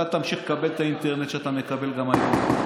אתה תמשיך לקבל את האינטרנט שאתה מקבל גם היום,